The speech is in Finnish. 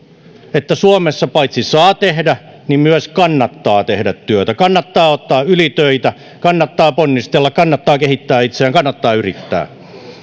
että suomessa paitsi saa tehdä myös kannattaa tehdä työtä kannattaa ottaa ylitöitä kattaa ponnistella kannattaa kehittää itseään kannattaa yrittää